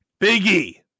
Biggie